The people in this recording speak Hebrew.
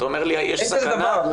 אין כזה דבר.